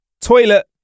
Toilet